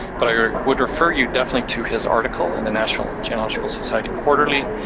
but i would refer you definitely to his article in the national genealogical society quarterly,